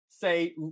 Say